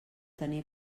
tenir